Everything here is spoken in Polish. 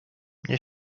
mnie